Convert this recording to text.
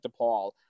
DePaul